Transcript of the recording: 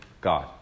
God